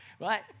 Right